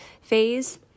phase